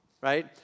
right